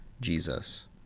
Jesus